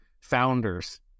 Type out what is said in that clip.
Founders